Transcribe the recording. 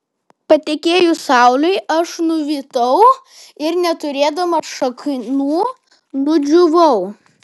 patekėjus saulei aš nuvytau ir neturėdamas šaknų nudžiūvau